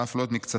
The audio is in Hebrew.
ואף לא את מקצתם,